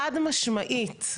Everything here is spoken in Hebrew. וחד משמעית,